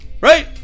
Right